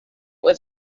was